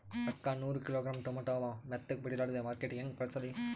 ಅಕ್ಕಾ ನೂರ kilogram tomato ಅವ, ಮೆತ್ತಗಬಡಿಲಾರ್ದೆ ಮಾರ್ಕಿಟಗೆ ಹೆಂಗ ಕಳಸಲಿ?